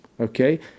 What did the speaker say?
Okay